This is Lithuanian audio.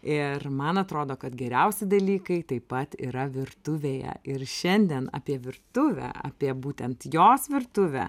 ir man atrodo kad geriausi dalykai taip pat yra virtuvėje ir šiandien apie virtuvę apie būtent jos virtuvę